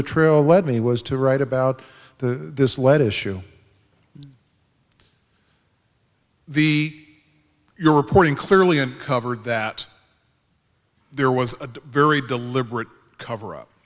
the trail led me was to write about the this lead issue the your reporting clearly uncovered that there was a very deliberate cover up